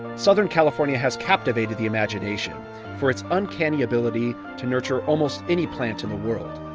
southern california has captivated the imagination for its uncanny ability to nurture almost any plant in the world.